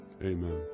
Amen